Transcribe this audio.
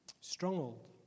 Stronghold